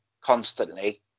constantly